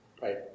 right